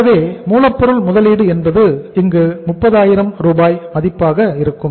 ஆகவே மூலப்பொருள் முதலீடு என்பது இங்கு 30000 ரூபாய் மதிப்பாக இருக்கும்